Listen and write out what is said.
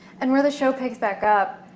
and where the show picks back up,